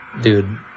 dude